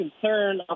concern